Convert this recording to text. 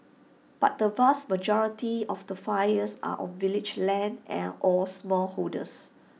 but the vast majority of the fires are on village lands and or smallholders